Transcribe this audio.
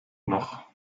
noch